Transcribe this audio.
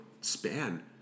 span